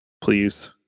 please